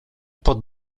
pod